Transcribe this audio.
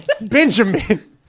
Benjamin